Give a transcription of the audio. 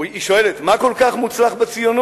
היא שואלת: "מה כל כך מוצלח בציונות,